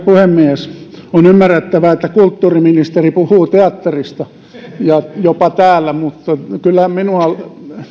puhemies on ymmärrettävää että kulttuuriministeri puhuu teatterista jopa täällä mutta kyllä minua